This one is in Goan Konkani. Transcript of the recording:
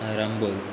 आरंबोल